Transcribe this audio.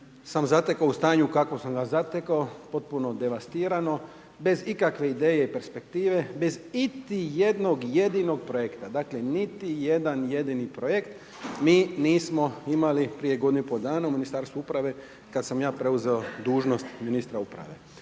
sam zatekao u stanju, kakvom sam ga zatekao, potpuno devastirano, bez ikakve ideje i perspektive, bez iti jednog jedinog projekta. Dakle, niti jedan jedini projekt, mi nismo imali prije godinu i pol dana u Ministarstvu uprave, kada sam ja preuzeo dužnost ministra uprave.